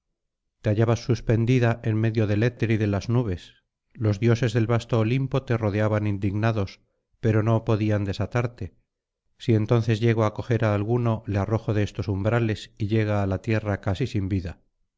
hallabas suspendida en medio del éter y de las nubes los dioses del vasto olimpo te rodeaban indignados pero no podían desatarte si entonces llego á coger á alguno le arrojo de estos umbrales y llega á la tierra casi sin vida